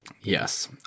Yes